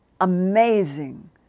amazing